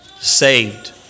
saved